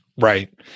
Right